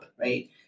right